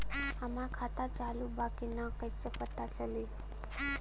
हमार खाता चालू बा कि ना कैसे पता चली?